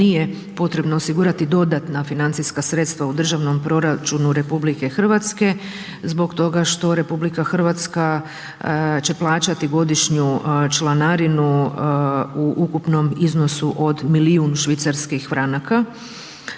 nije potrebno osigurati dodatna financijska sredstva u državnom proračunu RH zbog toga što RH će plaćati godišnju članarinu u ukupnom iznosu od milijun švicarskih franaka,